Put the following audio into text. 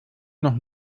noch